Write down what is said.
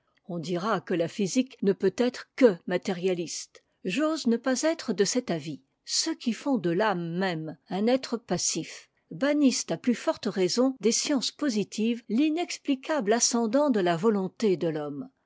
on dira que la physique ne peut être que matériahste j'ose ne pas être de cet avis ceux qui font de l'âme même un être passif bannissent à plus forte raison des sciences positives l'inexplicable ascendant de la volonté de l'homme